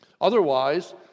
otherwise